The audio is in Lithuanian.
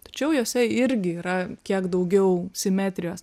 tačiau jose irgi yra kiek daugiau simetrijos